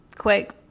quick